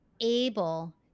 able